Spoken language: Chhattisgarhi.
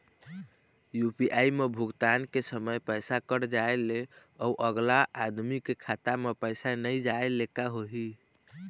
यू.पी.आई म भुगतान के समय पैसा कट जाय ले, अउ अगला आदमी के खाता म पैसा नई जाय ले का होही?